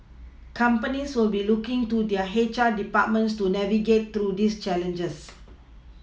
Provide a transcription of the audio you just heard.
companies will be looking to their H R departments to navigate through these challenges